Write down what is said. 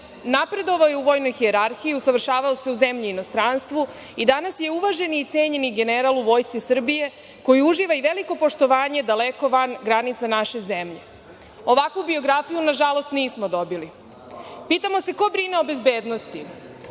Napredovao je u vojnoj hijerarhiji, usavršavao se u zemlji i inostranstvu i danas je uvaženi i cenjeni general u Vojsci Srbije koji uživa i veliko poštovanje daleko van granica naše zemlje. Ovakvu biografiju, nažalost, nismo dobili. Pitamo se ko brine o bezbednosti? Za